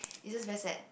is just very sad